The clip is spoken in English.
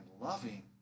loving